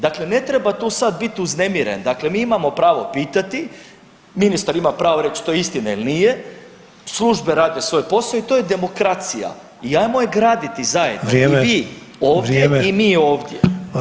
Dakle, ne treba tu sad biti uznemiren, dakle mi imamo pravo pitati, ministar ima pravo reći to istina ili nije, službe rade svoj posao i to je demokracija i ajmo je graditi zajedno [[Upadica Sanader: Vrijeme.]] i vi ovdje i mi ovdje.